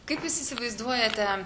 kaip jūs įsivaizduojate